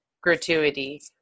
gratuity